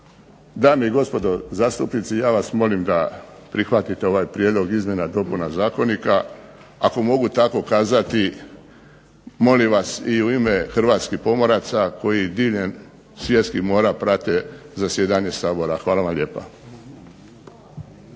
Dame i gospodo zastupnici ja vas molim da prihvatite ovaj Prijedlog izmjena i dopuna Zakonika ako mogu tako kazati molim vas i u ime Hrvatskih pomoraca koji diljem svjetskih mora prate zasjedanje Sabora. Hvala vam lijepa.